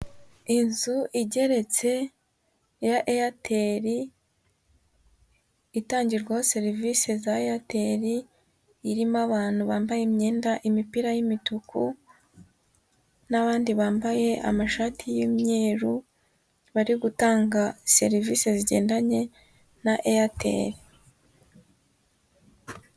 Inzu igeretse ya Eyateri itangirwaho serivisi za Eyateri irimo abantu bambaye imyenda, imipira y'imituku n'abandi bambaye amashati y'imyeru, bari gutanga serivise zigendanye na Eyateri.